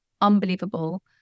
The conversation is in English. unbelievable